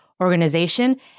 organization